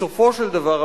בסופו של דבר,